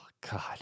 God